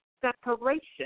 separation